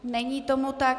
Není tomu tak.